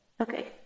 Okay